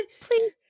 please